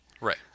Right